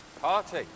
Party